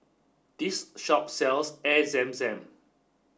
this shop sells Air Zam Zam